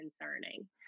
concerning